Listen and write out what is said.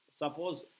Suppose